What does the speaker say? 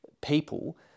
people